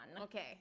Okay